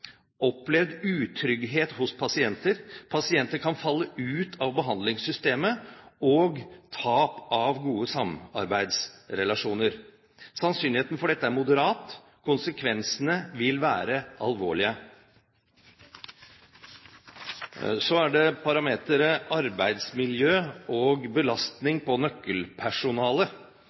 opplevd utrygghet hos pasienter, pasienter kan falle ut av behandlingssystemet og tap av gode samarbeidsrelasjoner. Sannsynligheten for dette er moderat. Konsekvensene vil være alvorlige. Så er det parameteren arbeidsmiljø og belastning på